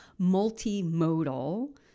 multimodal